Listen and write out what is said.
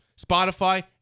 Spotify